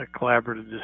collaborative